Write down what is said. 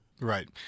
Right